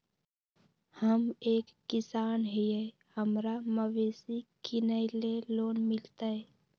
हम एक किसान हिए हमरा मवेसी किनैले लोन मिलतै?